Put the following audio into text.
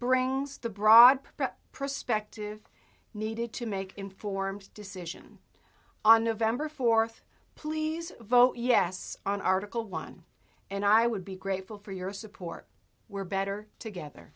brings the broad perspective needed to make informed decision on november fourth please vote yes on article one and i would be grateful for your support we're better together